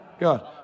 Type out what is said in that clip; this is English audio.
God